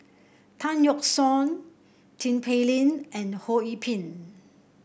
Tan Yeok Seong Tin Pei Ling and Ho Yee Ping